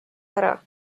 ära